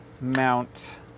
mount